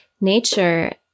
nature